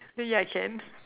yeah can